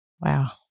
Wow